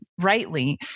rightly